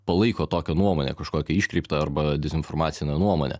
palaiko tokią nuomonę kažkokią iškreiptą arba dezinformacinę nuomonę